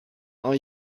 are